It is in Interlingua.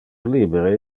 libere